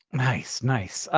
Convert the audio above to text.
nice, nice.